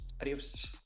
adios